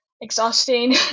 exhausting